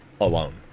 alone